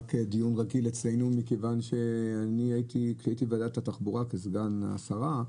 מרק דיון רגיל אצלנו מכיוון שכשאני הייתי בוועדת התחבורה כסגן השרה,